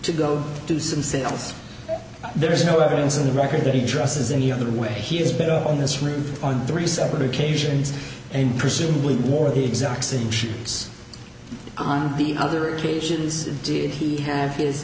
to go do something else there is no evidence in the record that he dresses any other way he has been on this route on three separate occasions and presumably more the exact same shit on the other occasions did he have this